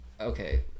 okay